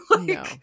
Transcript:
No